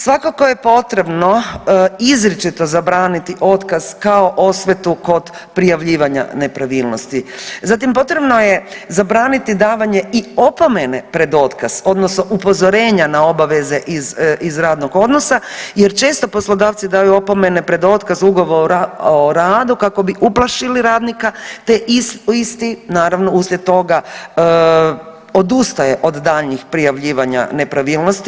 Svakako je potrebno izričito zabraniti otkaz kao osvetu kod prijavljivanja nepravilnosti, zatim potrebno je zabraniti davanje i opomene pred otkaz, odnosno upozorenja na obaveze iz radnog odnosa jer često poslodavci daju opomene pred otkaz ugovora o radu kako bi uplašili radnika, te isti naravno uslijed toga odustaje od daljnjih prijavljivanja nepravilnosti.